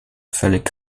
völlig